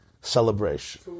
celebration